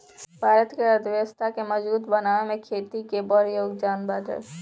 भारत के अर्थव्यवस्था के मजबूत बनावे में खेती के बड़ जोगदान बाटे